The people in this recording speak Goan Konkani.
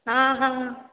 आं हां